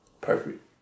perfect